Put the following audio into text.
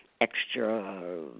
extra